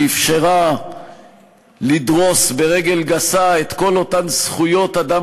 שאפשרה לדרוס ברגל גסה את כל אותן זכויות אדם